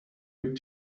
hip